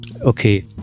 okay